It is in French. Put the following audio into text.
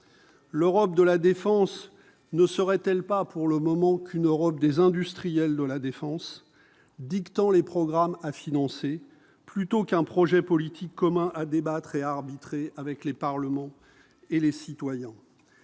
L'Europe de la défense ne serait-elle pas, pour le moment, qu'une Europe des industriels de la défense, dictant les programmes à financer, plutôt qu'un projet politique commun à débattre et à arbitrer avec les parlements et les citoyens ?